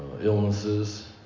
illnesses